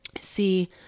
See